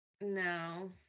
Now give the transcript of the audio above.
No